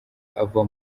ava